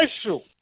special